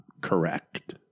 correct